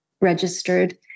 registered